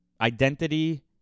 Identity